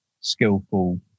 skillful